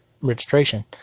registration